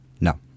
No